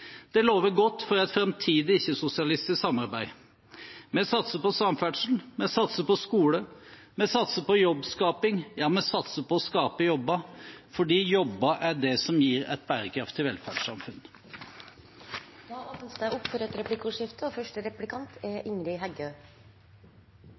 Det lover godt for et framtidig ikke-sosialistisk samarbeid. Vi satser på samferdsel. Vi satser på skole. Vi satser på jobbskaping. Ja, vi satser på å skape jobber – fordi jobber er det som gir et bærekraftig velferdssamfunn. Det blir replikkordskifte. Høgre hevdar stadig at kommuneøkonomien er